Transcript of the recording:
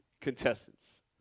contestants